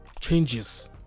changes